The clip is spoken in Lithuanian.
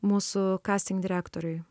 mūsų casting direktoriui